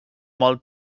molt